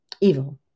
evil